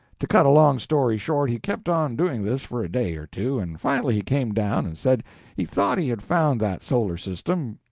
to cut a long story short, he kept on doing this for a day or two, and finally he came down and said he thought he had found that solar system,